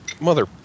mother